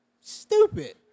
Stupid